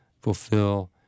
fulfill